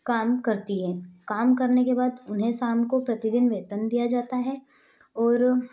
काम करती हैं काम करने के बाद उन्हें शाम को प्रतिदिन वेतन दिया जाता है और